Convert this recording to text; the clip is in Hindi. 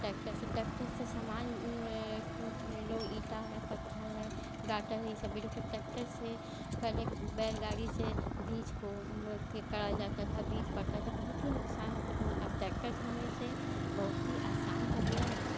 टैक्टर से टैक्टर से समान लोग ईंटे है पत्थर है गाटर है यह सब टैक्टर से पहले बैलगाड़ी से बीज को कड़ा जाता था बीज पड़ता था बहुत ही नुक़सान होता था मगर अब टैक्टर होने से बहुत ही आसान हो गया है